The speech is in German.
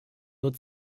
nur